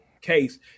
case